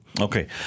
Okay